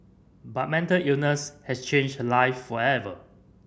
but mental illness has changed her life forever